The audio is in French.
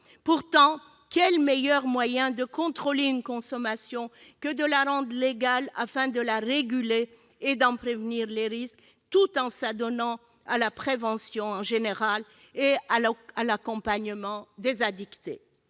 envisager de meilleur moyen de contrôler une consommation que de la rendre légale afin de la réguler et d'en prévenir les risques tout en s'adonnant à la prévention en général et à l'accompagnement des addicts